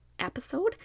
episode